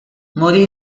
morì